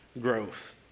growth